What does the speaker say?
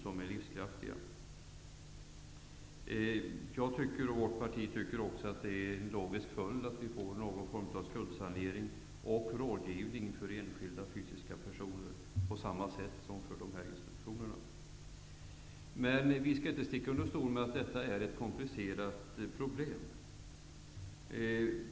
I vårt parti tycker vi att en logisk följd av dessa åtgärder är att vi får någon form av skuldsanering och rådgivning för fysiska personer på samma sätt som för dessa institutioner. Vi skall emellertid inte sticka under stol med att detta är ett komplicerat problem.